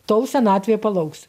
tol senatvė palauks